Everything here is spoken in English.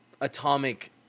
atomic